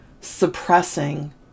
suppressing